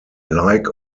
like